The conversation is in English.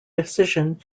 decision